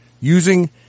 using